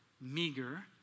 meager